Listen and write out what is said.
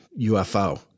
UFO